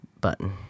button